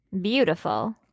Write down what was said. Beautiful